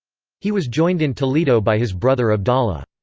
he was joined in toledo by his brother abdallah.